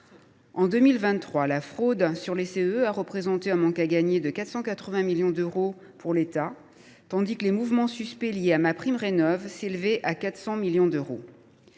En 2023, la fraude aux C2E a représenté un manque à gagner de 480 millions d’euros pour l’État, tandis que les mouvements suspects liés à MaPrimeRénov’ s’élevaient à 400 millions d’euros.